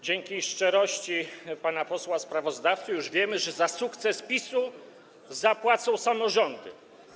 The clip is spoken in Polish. Dzięki szczerości pana posła sprawozdawcy już wiemy, że za sukces PiS-u zapłacą samorządy.